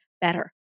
better